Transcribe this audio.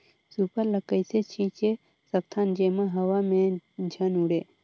Super ल कइसे छीचे सकथन जेमा हवा मे झन उड़े?